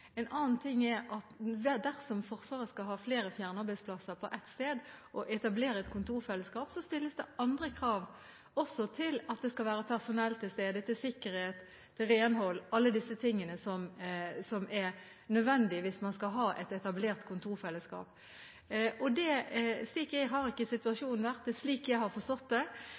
En annen ting er det dersom Forsvaret skal ha flere fjernarbeidsplasser på ett sted og etablere et kontorfellesskap. Da stilles det andre krav også til at det skal være personell til stede, til sikkerhet, til renhold og til alle disse tingene som er nødvendig hvis man skal ha et etablert kontorfellesskap. Slik jeg har forstått det, har ikke situasjonen vært slik,